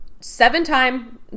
Seven-time